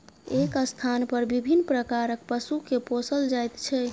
एक स्थानपर विभिन्न प्रकारक पशु के पोसल जाइत छै